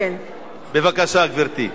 בבקשה, גברתי.